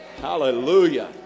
Hallelujah